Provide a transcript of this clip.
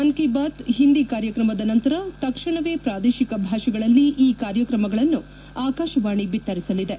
ಮನ್ ಕಿ ಬಾತ್ ಓಂದಿ ಕಾರ್ಯಕ್ರಮದ ನಂತರ ತಕ್ಷಣವೇ ಪ್ರಾದೇಶಿಕ ಭಾಷೆಗಳಲ್ಲಿ ಈ ಕಾರ್ಯಕ್ರಮಗಳನ್ನು ಆಕಾಶವಾಣಿ ಬಿತ್ತರಿಸಲಿದೆ